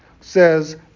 says